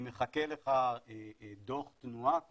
אם מחכה לך דוח תנועה כלשהו,